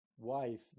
Wife